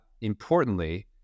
importantly